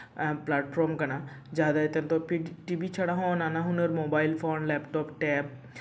platform ᱠᱟᱱᱟ ᱡᱟᱦᱟᱸ ᱫᱟᱨᱟᱭ ᱛᱮ ᱱᱤᱛᱚᱜ ᱴᱤᱵᱷᱤ ᱪᱷᱟᱲᱟ ᱦᱚᱸ ᱱᱟᱱᱟᱦᱩᱱᱟᱹᱨ ᱢᱳᱵᱟᱭᱤᱞ ᱯᱷᱳᱱ ᱞᱮᱯᱴᱚᱯ ᱴᱮᱯ